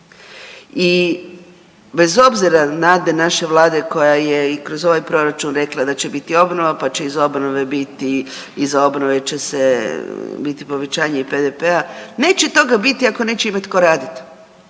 I bez obzira na nade naše vlade koja je i kroz ovaj proračun rekla da će biti obnova, pa će iza obnove biti, iza obnove će se biti povećanje i PDV-a, neće toga biti ako neće imat tko radit.